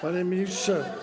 Panie ministrze.